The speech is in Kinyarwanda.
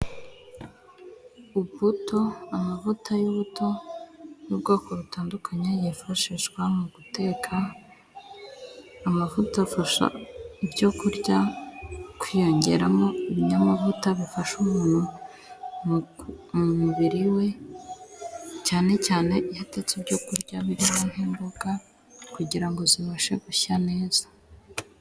Ubuto, amavuta y'ubuto y'ubwoko butandukanye yifashishwa mu guteka, amavuta afasha ibyo kurya kwiyongeramo ibinyamavuta bifasha umuntu mu mubiri we, cyane cyane iyo atetse ibyo kurya birimo nk'imboga kugira ngo zibashe gushya neza.